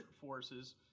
forces